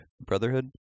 Brotherhood